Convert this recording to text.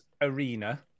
arena